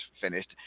finished